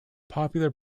popular